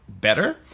better